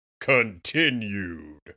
continued